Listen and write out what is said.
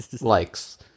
likes